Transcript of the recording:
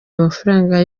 amafaranga